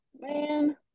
Man